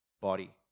body